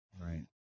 Right